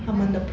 why